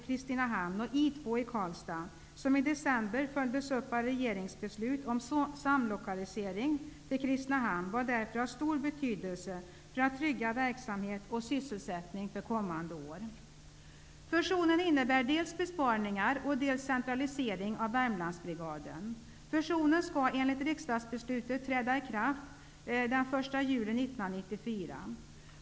Kristinehamn och I 2 i Karlstad, som i december följdes upp av regeringsbeslut om samlokalisering till Kristinehamn, var därför av stor betydelse för att trygga verksamhet och sysselsättning för kommande år. Fusionen innebär dels besparingar, dels centralisering av Värmlandsbrigaden. Fusionen skall enligt riksdagsbeslutet träda i kraft den 1 juli 1994.